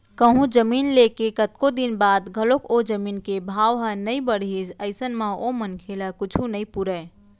कहूँ जमीन ले के कतको दिन बाद घलोक ओ जमीन के भाव ह नइ बड़हिस अइसन म ओ मनखे ल कुछु नइ पुरय